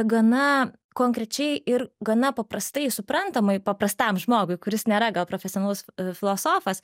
gana konkrečiai ir gana paprastai suprantamai paprastam žmogui kuris nėra gal profesionalus filosofas